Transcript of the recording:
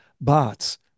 bots